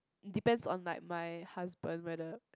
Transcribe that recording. depends on like my husband whether